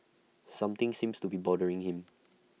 something seems to be bothering him